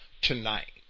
tonight